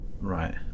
right